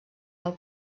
del